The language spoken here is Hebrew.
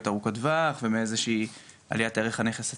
ארוכות טווח ואיזו שהיא עליית ערך על הנכס עצמו.